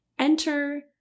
Enter